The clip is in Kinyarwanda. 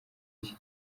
iki